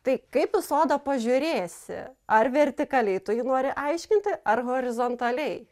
tai kaip į sodą pažiūrėsi ar vertikaliai tu jį nori aiškinti ar horizontaliai